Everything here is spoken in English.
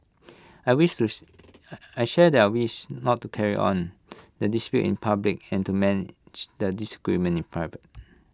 I I share their wish not to carry on the dispute in public and to manage the disagreement in private